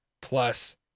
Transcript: Plus